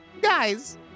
guys